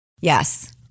Yes